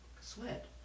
sweat